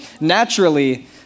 naturally